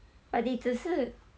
but 你只是